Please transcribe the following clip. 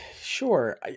sure